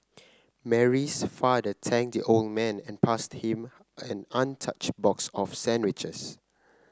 Mary's father thanked the old man and passed him an untouched box of sandwiches